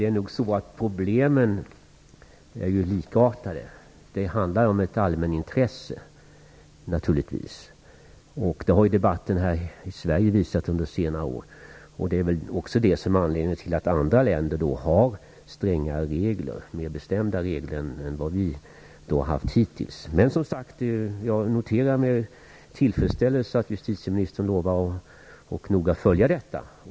Fru talman! Problemen är nog likartade. Det handlar naturligtvis om ett allmänintresse, och det har debatten här i Sverige under senare år visat. Det är också det som är anledningen till att andra länder har strängare, mer bestämda, regler än vad vi hittills har haft. Jag noterar med tillfredsställelse att justitieministern lovar att noga följa detta.